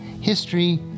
history